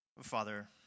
Father